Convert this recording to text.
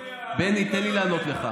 בני, תן לי לענות לך.